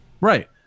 Right